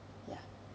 ya